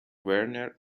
werner